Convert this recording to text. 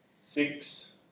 six